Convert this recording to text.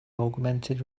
augmented